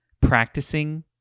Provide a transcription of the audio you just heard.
practicing